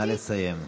נא לסיים.